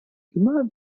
immer